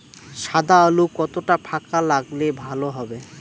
সাদা আলু কতটা ফাকা লাগলে ভালো হবে?